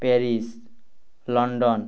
Paris London